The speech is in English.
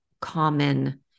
common